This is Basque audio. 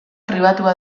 pribatua